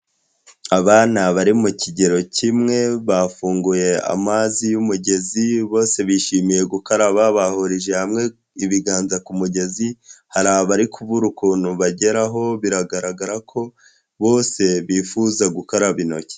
Abana bari mu kigero kimwe bafunguye amazi y'umugezi bose bishimiye gukaraba bahurije hamwe ibiganza ku mugezi, hari abari kubura ukuntu bageraho biragaragara ko bose bifuza gukaraba intoki.